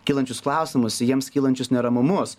kylančius klausimus į jiems kylančius neramumus